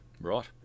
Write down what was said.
Right